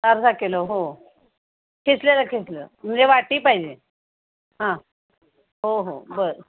अर्धा किलो हो किसलेलं किसलं म्हणजे वाटी पाहिजे हां हो हो बरं